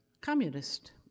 communist